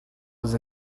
was